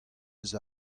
eus